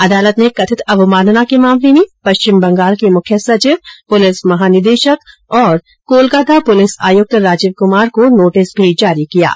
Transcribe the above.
अदालत ने कथित अवमानना के मामले में पश्चिम बंगाल के मुख्य सचिव पुलिस महानिदेशक और कोलकाता पुलिस आयुक्त राजीव कुमार को नोटिस भी जारी किया है